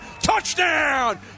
Touchdown